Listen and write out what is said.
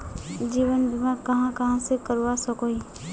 जीवन बीमा कहाँ कहाँ से करवा सकोहो ही?